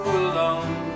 alone